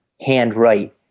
handwrite